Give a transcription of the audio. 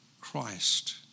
Christ